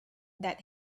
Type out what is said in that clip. that